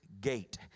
gate